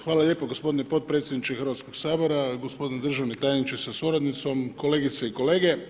Hvala lijepo gospodine potpredsjedniče Hrvatskog sabora, gospodine državni tajniče sa suradnicom, kolegice i kolege.